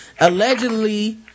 allegedly